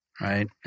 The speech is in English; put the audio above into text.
Right